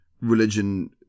religion